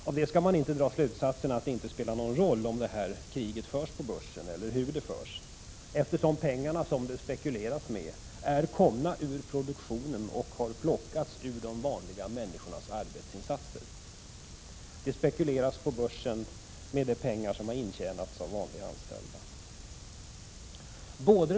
Av det skall man inte dra slutsatsen att det inte spelar någon roll om eller hur det här kriget på börsen förs; det gör det, eftersom de pengar som det spekuleras med är komna ur produktionen och har plockats ur de vanliga människornas arbetsinsatser. På börsen spekuleras det med de pengar som har intjänats av vanliga anställda.